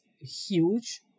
huge